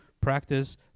practice